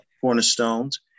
Cornerstones